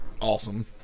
awesome